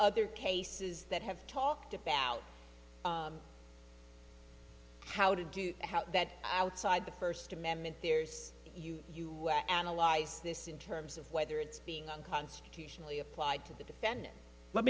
other cases that have talked about how to do that are outside the first amendment there's you analyze this in terms of whether it's being constitutionally applied to the defendant let